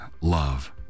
love